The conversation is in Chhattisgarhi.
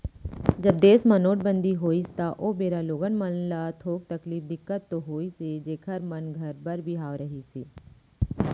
जब देस म नोटबंदी होइस त ओ बेरा लोगन मन ल थोक तकलीफ, दिक्कत तो होइस हे जेखर मन घर बर बिहाव रहिस हे